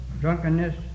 drunkenness